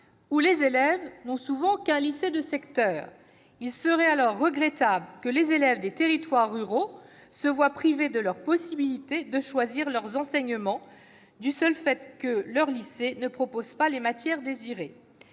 où les élèves n'ont souvent qu'un lycée de secteur. Il serait regrettable que les élèves des territoires ruraux soient privés de la possibilité de choisir leurs enseignements du seul fait que leur lycée ne propose pas les matières désirées,